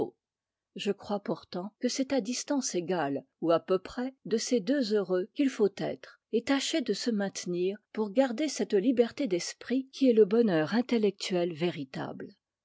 je crois pourtant que c'est à distance égale ou à peu près de ces deux heureux qu'il faut être et tâcher de se maintenir pour garder cette liberté d'esprit qui est le bonheur intellectuel véritable